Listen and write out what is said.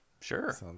Sure